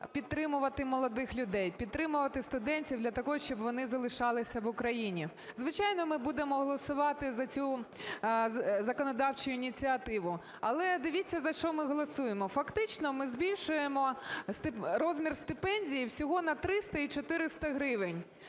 підтримувати молодих людей, підтримувати студентів для того, щоб вони залишалися в Україні. Звичайно, ми будемо голосувати за цю законодавчу ініціативу. Але дивіться, за що ми голосуємо: фактично ми збільшуємо розмір стипендії всього на 300 і 400 гривень,